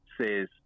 says